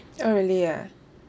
oh really ah